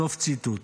סוף ציטוט.